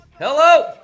hello